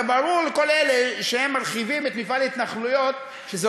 הרי ברור לכל אלה שמרחיבים את מפעל ההתנחלויות שזה